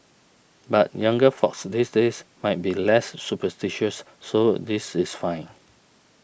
but younger folks these days might be less superstitious so this is fine